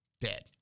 dead